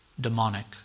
demonic